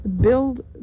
build